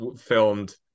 filmed